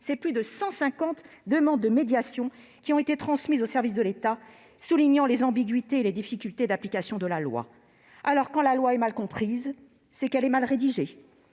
cent cinquante demandes de médiation ont été transmises aux services de l'État, soulignant les ambiguïtés et difficultés d'application de la loi. Quand la loi est mal comprise, c'est qu'elle est mal rédigée.